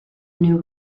new